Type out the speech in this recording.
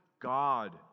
God